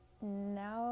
now